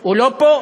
הוא לא פה?